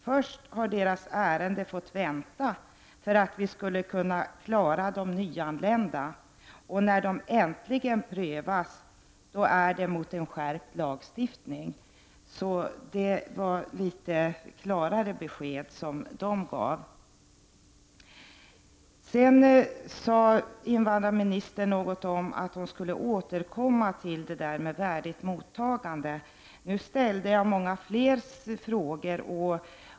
Först har deras ärende fått vänta för att personalen skulle klara de nyanlända. När ärendena äntligen prövas, är det mot en skärpt lagstiftning. Invandrarministern sade att hon skulle återkomma till frågan om ett värdigt mottagande. Jag ställde många fler frågor.